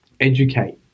educate